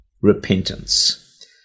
repentance